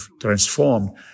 transformed